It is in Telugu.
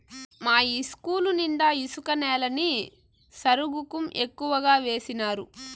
మా ఇస్కూలు నిండా ఇసుక నేలని సరుగుకం ఎక్కువగా వేసినారు